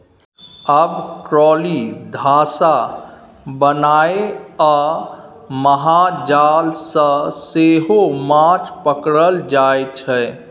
आब ट्रोली, धासा बनाए आ महाजाल सँ सेहो माछ पकरल जाइ छै